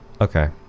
Okay